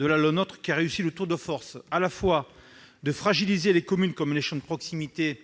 on a en effet réussi le tour de force de fragiliser les communes comme échelons de proximité